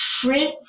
print